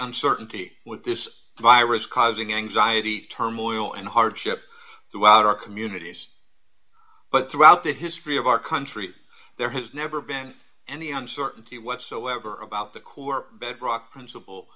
uncertainty with this virus causing anxiety turmoil and hardship throughout our communities but throughout the history of our country there has never been any uncertainty whatsoever about the core bedrock principle